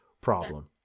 problem